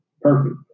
Perfect